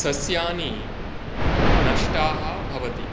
सस्यानि नष्टाः भवति